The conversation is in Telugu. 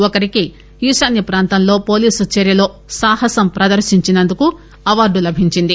ఒకరికి ఈశాన్య ప్రాంతంలో పోలీసు చర్యలో సాహసం ప్రదర్శించినందుకు అవార్డు లభించింది